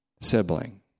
sibling